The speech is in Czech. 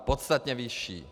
Podstatně vyšší.